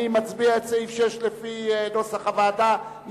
אני מצביע על סעיף 6 לפי נוסח הוועדה.